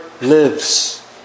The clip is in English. lives